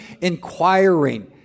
inquiring